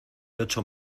ocho